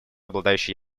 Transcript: обладающие